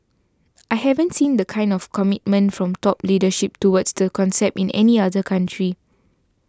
I haven't seen the kind of commitment from top leadership towards the concept in any other country